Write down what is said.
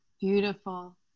Beautiful